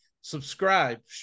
subscribe